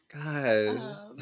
Guys